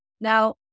Now